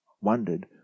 wondered